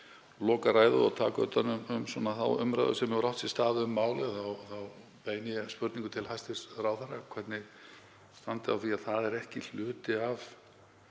lokaræðu og taka utan um þá umræðu sem átt hefur sér stað um málið þá beini ég spurningu til ráðherra um hvernig standi á því að það er ekki hluti af